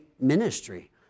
ministry